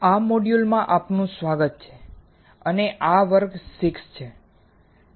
આ મોડ્યુલમાં આપનું સ્વાગત છે અને આ વર્ગ 6 છે